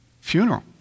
funeral